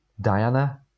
Diana